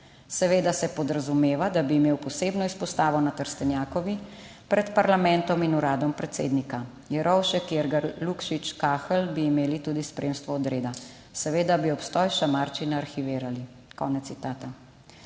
Seveda se podrazumeva, da bi imel posebno izpostavo na Trstenjakovi, pred parlamentom in uradom predsednika Jerovšek, Irgl, Lukšič, Kahelj bi imeli tudi spremstvo odreda, seveda bi obstoj šamarčina arhivirali, konec citata.